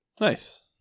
Nice